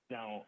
Now